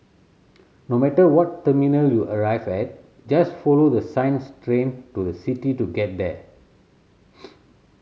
no matter what terminal you arrive at just follow the signs Train to the City to get there